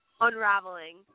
unraveling